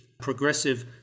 progressive